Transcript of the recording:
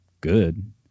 good